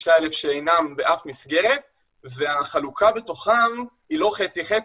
שאינם באף מסגרת והחלוקה בתוכם היא לא חצי חצי,